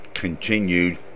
continued